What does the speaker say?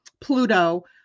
Pluto